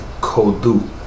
Kodu